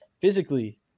Physically